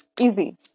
Easy